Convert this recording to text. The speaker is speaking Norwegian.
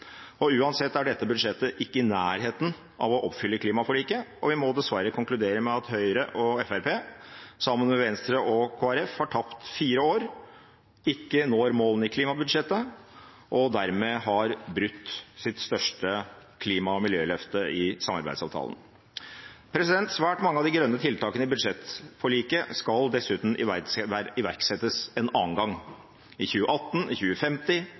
utslipp. Uansett er dette budsjettet ikke i nærheten av å oppfylle klimaforliket. Vi må dessverre konkludere med at Høyre og Fremskrittspartiet, sammen med Venstre og Kristelig Folkeparti, har tapt fire år, ikke når målene i klimabudsjettet og dermed har brutt sitt største klima- og miljøløfte i samarbeidsavtalen. Svært mange av de grønne tiltakene i budsjettforliket skal dessuten iverksettes en annen gang – i 2018, i 2050,